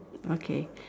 okay